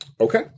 Okay